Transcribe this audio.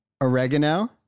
oregano